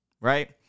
right